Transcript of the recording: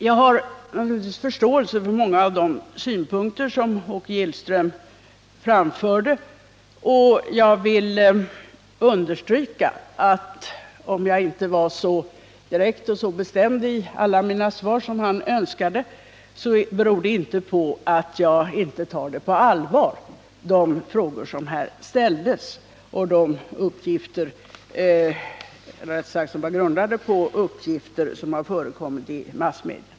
Jag har naturligtvis förståelse för många av de synpunkter som Åke Gillström framförde, och jag vill understryka att om jag inte var så direkt och bestämd i alla mina svar som han önskade beror det inte på att jag inte tar på allvar de frågor som här ställdes och som var grundade på uppgifter som förekommit i massmedia.